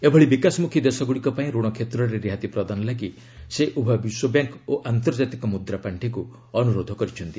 ଏଭଳି ବିକାଶମ୍ବଖୀ ଦେଶଗୁଡ଼ିକ ପାଇଁ ରଣ କ୍ଷେତ୍ରରେ ରିହାତି ପ୍ରଦାନ ଲାଗି ସେ ଉଭୟ ବିଶ୍ୱବ୍ୟାଙ୍କ ଓ ଆନ୍ତର୍ଜାତିକ ମୁଦ୍ରାପାଣ୍ଠିକୁ ଅନୁରୋଧ କରିଛନ୍ତି